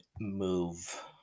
move